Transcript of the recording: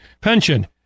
pension